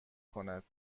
کند